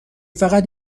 فقط